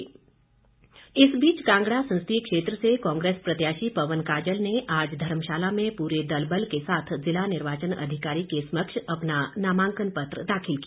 काजल इस बीच कांगड़ा संसदीय क्षेत्र से कांग्रेस प्रत्याशी पवन काजल ने आज धर्मशाला में पूरे दलबल के साथ जिला निर्वाचन अधिकारी के समक्ष अपना नामांकन पत्र दाखिल किया